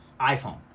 iphone